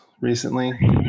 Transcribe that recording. recently